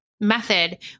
method